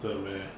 真的 meh